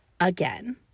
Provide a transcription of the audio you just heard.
again